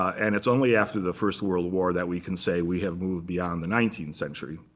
and it's only after the first world war that we can say we have moved beyond the nineteenth century.